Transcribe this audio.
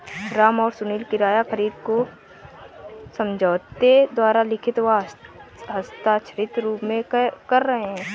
राम और सुनील किराया खरीद को समझौते द्वारा लिखित व हस्ताक्षरित रूप में कर रहे हैं